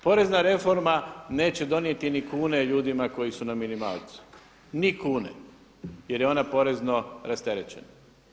Porezna reforma neće donijeti ni kune ljudima koji su na minimalcu, ni kune jer je ona porezno rasterećena.